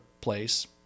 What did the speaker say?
place